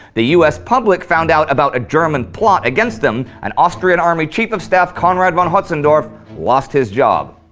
the us public found out about a german plot against them, and austrian army chief of staff conrad von hotzendorf lost his job.